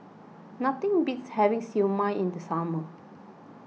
nothing beats having Siew Mai in the summer